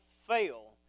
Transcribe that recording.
fail